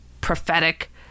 prophetic